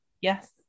Yes